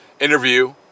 interview